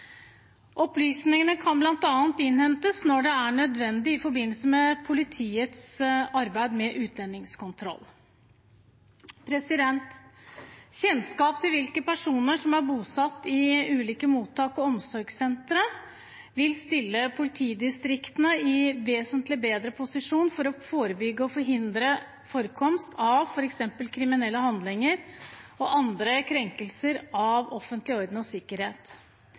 Opplysningene kan bl.a. innhentes når det er nødvendig i forbindelse med politiets arbeid med utlendingskontroll. Kjennskap til hvilke personer som er bosatt i ulike mottak og omsorgssentre, vil stille politidistriktene i en vesentlig bedre posisjon for å forebygge og forhindre forekomst av f.eks. kriminelle handlinger og andre krenkelser av den offentlige orden og sikkerhet.